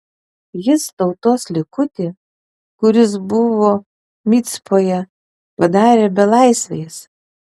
jis tautos likutį kuris buvo micpoje padarė belaisviais